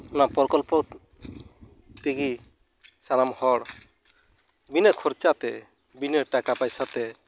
ᱚᱱᱟ ᱯᱨᱚᱠᱚᱞᱯᱚ ᱛᱮᱜᱮ ᱥᱟᱱᱟᱢ ᱦᱚᱲ ᱵᱤᱱᱟᱹ ᱠᱷᱚᱨᱪᱟ ᱛᱮ ᱵᱤᱱᱟᱹ ᱴᱟᱠᱟᱼᱯᱟᱭᱥᱟ ᱛᱮ